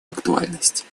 актуальность